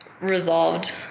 resolved